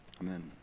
Amen